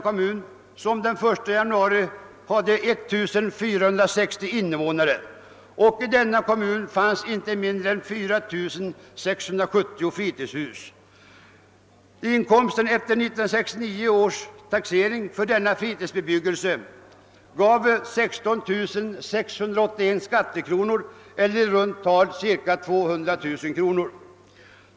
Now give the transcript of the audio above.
Kommunen hade den 1 januari i år 1460 invånare. I den fanns inte mindre än 4670 fritidshus. Kommunens inkomst efter 1969 års taxering för denna fritidsbe byggelse var genom fastighetsskatten 16 681 skattekronor vilket gör cirka 200 000 kr.